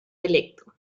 electo